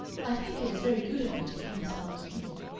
i think it is very good of me to come this afternoon.